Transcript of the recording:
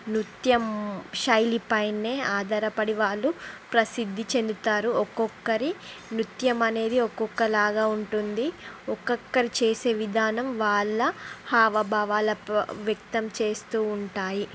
నృత్యం శైలిపైనే ఆధారపడి వాళ్ళు ప్రసిద్ధి చెందుతారు ఒక్కొక్కరి నృత్యం అనేది ఒక్కొక్కలాగా ఉంటుంది ఒక్కొక్కరు చేసే విధానం వాళ్ళ హావభావాల ప వ్యక్తం చేస్తూ ఉంటాయి